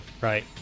Right